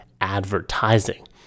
advertising